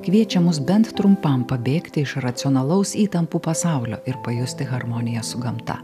kviečia mus bent trumpam pabėgti iš racionalaus įtampų pasaulio ir pajusti harmoniją su gamta